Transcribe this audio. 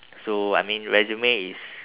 so I mean resume is